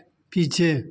पीछे